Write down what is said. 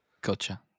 Gotcha